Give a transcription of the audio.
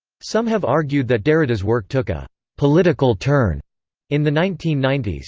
some have argued that derrida's work took a political turn in the nineteen ninety s.